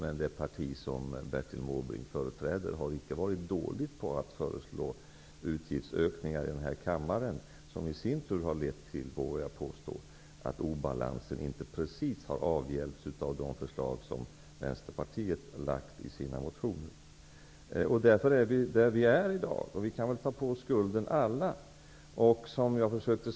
Men det parti som Bertil Måbrink företräder har inte varit dåligt på att föreslå utgiftsökningar i kammaren som i sin tur har lett till att obalansen inte precis har avhjälpts. Därför är vi där vi är i dag, och vi kan väl alla ta på oss skulden.